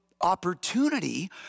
opportunity